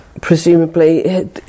presumably